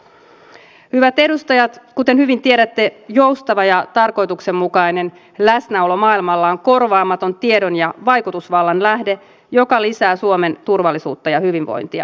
hyvät edustajat kuten hyvin tiedätte joustava ja tarkoituksenmukainen läsnäolo maailmalla on korvaamaton tiedon ja vaikutusvallan lähde joka lisää suomen turvallisuutta ja hyvinvointia